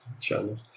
channel